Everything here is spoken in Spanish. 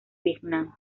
vietnam